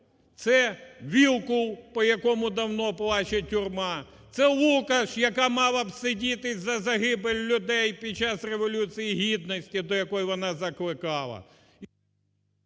Це Вілкул, по якому давно плаче тюрма. Це Лукаш, яка мала б сидіти за загибель людей під час Революції Гідності, до якої вона закликала…